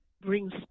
brings